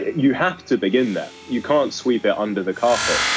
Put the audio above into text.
you have to begin that. you can't sweep it under the carpet.